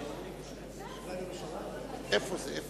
ישראל